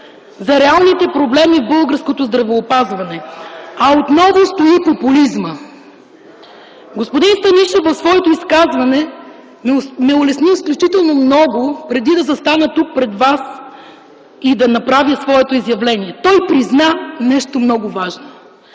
за реалните проблеми в българското здравеопазване, а отново стои популизмът! Господин Станишев в своето изказване ме улесни изключително много, преди да застана тук, пред вас, и да направя своето изявление. Той призна нещо много важно